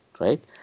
right